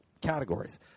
categories